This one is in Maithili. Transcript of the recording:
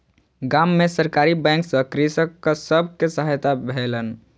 गाम में सरकारी बैंक सॅ कृषक सब के सहायता भेलैन